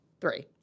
three